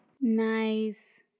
Nice